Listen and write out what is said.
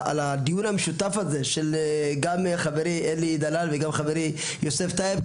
הדיון המשותף הזה של גם חברי אלי דלל וגם חברי יוסף טייב,